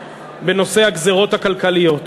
בנושא הגזירות הכלכליות.